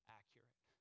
accurate